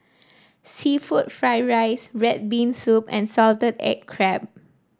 seafood Fried Rice red bean soup and Salted Egg Crab